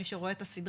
מי שרואה את הסדרה,